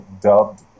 dubbed